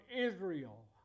Israel